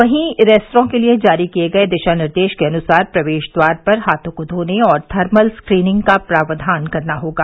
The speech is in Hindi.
वहीं रेस्तरां के लिए जारी किए गए दिशा निर्देश के अनुसार प्रवेश द्वार पर हाथों को धोने और थर्मल स्क्रीनिंग का प्रावधान करना होगा